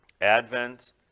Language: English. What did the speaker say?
Advent